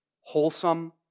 wholesome